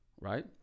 right